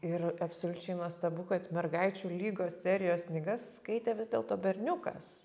ir absoliučiai nuostabu kad mergaičių lygos serijos knygas skaitė vis dėlto berniukas